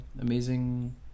amazing